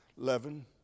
eleven